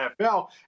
NFL